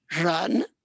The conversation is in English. run